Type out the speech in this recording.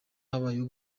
habayeho